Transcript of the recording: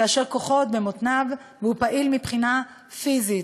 כאשר כוחו עוד במותניו והוא פעיל מבחינה פיזית,